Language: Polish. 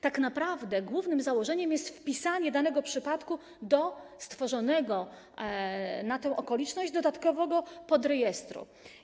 Tak naprawdę głównym założeniem jest wpisanie danego przypadku do stworzonego na tę okoliczność dodatkowego podrejestru.